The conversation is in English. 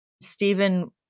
Stephen